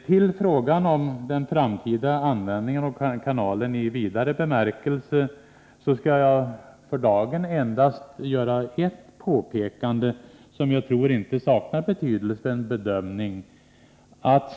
Till frågan om den framtida användningen av kanalen i vidare bemärkelse skall jag för dagen endast göra ett påpekande som jag tror inte saknar betydelse för en bedömning.